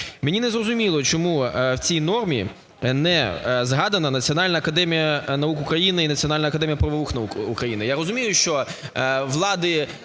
Мені не зрозуміло, чому в цій нормі не згадана Національна академія наук України і Національна академія правових наук України. Я розумію, що влади